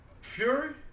Fury